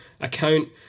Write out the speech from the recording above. account